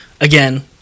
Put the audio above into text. again